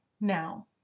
now